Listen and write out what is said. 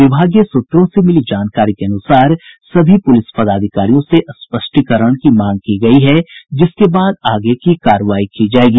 विभागीय सूत्रों से मिली जानकारी के अनुसार सभी पूलिस पदाधिकारियों से स्पष्टीकरण की मांग की गयी है जिसके बाद आगे की कार्रवाई की जायेगी